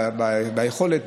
היכולת,